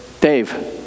Dave